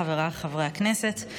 חבריי חברי הכנסת.